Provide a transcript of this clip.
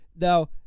Now